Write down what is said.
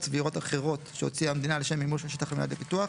סבירות אחרות שהוציאה המדינה לשם מימוש השטח המיועד לפיתוח,